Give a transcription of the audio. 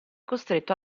costretto